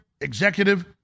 executive